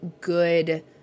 good